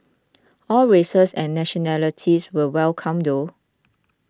all races and nationalities were welcome though